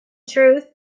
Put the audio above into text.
truth